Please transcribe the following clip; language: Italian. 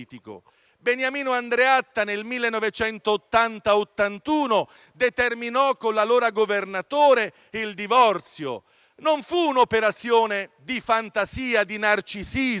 Beniamino Andreatta nel 1980-1981 determinò con l'allora Governatore il divorzio. Non fu un'operazione di fantasia, di narcisismo